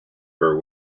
her